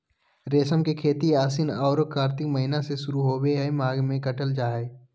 रेशम के खेती आशिन औरो कार्तिक महीना में शुरू होबे हइ, माघ महीना में काटल जा हइ